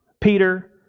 Peter